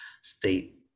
state